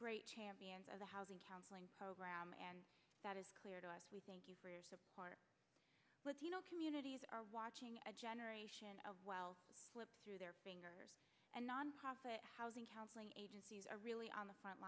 great champions of the housing counseling program and that is clear to us we thank you for your support with you know communities are watching a generation of well slip through their fingers and nonprofit housing counseling agencies are really on the front